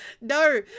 No